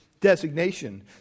designation